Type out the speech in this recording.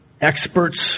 experts